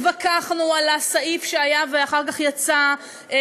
התווכחנו על הסעיף שהיה ואחר כך יצא,